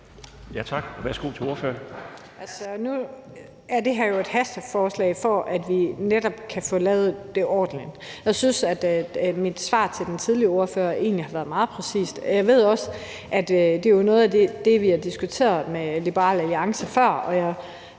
Tak. Værsgo til ordføreren.